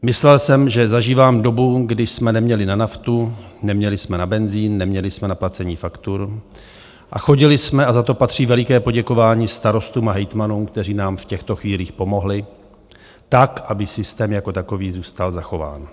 Myslel jsem, že zažívám dobu, kdy jsme neměli na naftu, neměli jsme na benzín, neměli jsme na placení faktur a chodili jsme, a za to patří veliké poděkování starostům a hejtmanům, kteří nám v těchto chvílích pomohli, tak aby systém jako takový zůstal zachován.